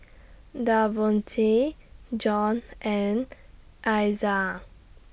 Davonte John and Iza